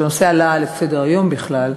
כשהנושא עלה לסדר-היום בכלל,